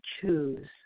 choose